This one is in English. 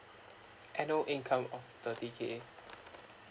annual income of thirty K